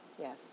Yes